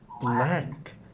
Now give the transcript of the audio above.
blank